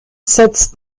setzt